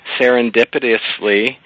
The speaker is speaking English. serendipitously